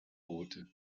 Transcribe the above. boote